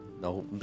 No